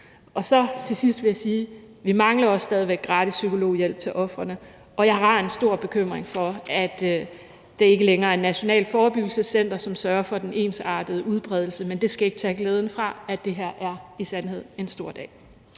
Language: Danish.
jeg til sidst sige, at vi jo stadig væk mangler gratis psykologhjælp til ofrene, og jeg har en stor bekymring for, at det ikke længere er Nationalt Forebyggelsescenter, som sørger for den ensartede udbredelse, men det skal ikke tage glæden fra, at det her i sandhed er en stor dag.